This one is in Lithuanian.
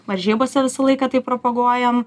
varžybose visą laiką tai propaguojam